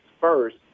first